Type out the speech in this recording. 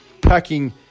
packing